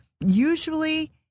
usually